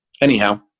anyhow